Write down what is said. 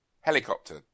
helicopter